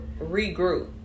regroup